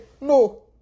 No